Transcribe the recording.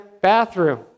bathroom